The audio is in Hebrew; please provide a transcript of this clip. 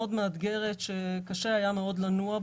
שנה מאתגרת שהיה מאוד קשה לנוע בה.